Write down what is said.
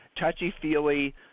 touchy-feely